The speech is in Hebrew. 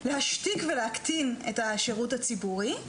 להשתיק ולהקטין את השירות הציבורי,